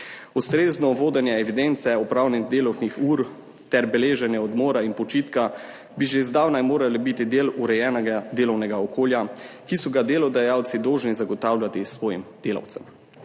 Ustrezno vodenje evidence opravljanja delovnih ur ter beleženje odmora in počitka bi že zdavnaj moralo biti del urejenega delovnega okolja, ki so ga delodajalci dolžni zagotavljati svojim delavcem.